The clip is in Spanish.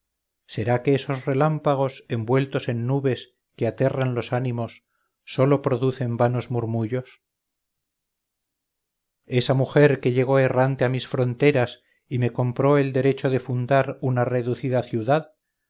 será que esos relámpagos envueltos en nubes que aterran los ánimos solo producen vanos murmullos esa mujer que llegó errante a mis fronteras y me compró el derecho de fundar una reducida ciudad